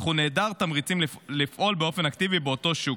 אך הוא נעדר תמריצים לפעול באופן אגרסיבי באותו שוק.